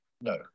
No